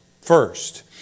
first